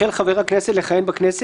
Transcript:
בפסקה (1), אחרי "בסעיף 36א"